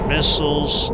Missiles